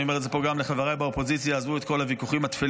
אני אומר את זה פה גם לחבריי באופוזיציה: עזבו את כל הוויכוחים התפלים.